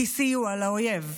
הם סיוע לאויב.